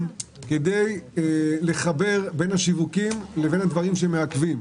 כדי לחבר בין השיווקים לבין הדברים שמעכבים.